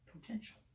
potential